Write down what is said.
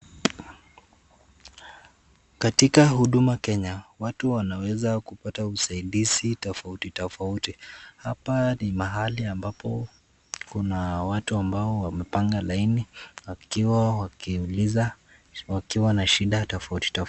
Katika huduma Kenya watu wanaweza kupata usaidizi tofauti tofauti. Hapa ni mahali ambapo kuna watu ambao wamepanga laini wakiwa wakiuliza wakiwa na shida tofauti tofauti.